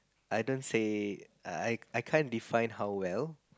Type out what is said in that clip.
I don't say I I can't define how well